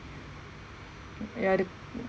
ya the